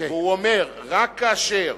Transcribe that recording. הוא אומר: רק כאשר